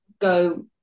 go